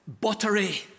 buttery